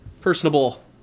personable